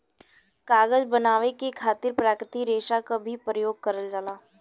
कागज बनावे के खातिर प्राकृतिक रेसा क भी परयोग करल जाला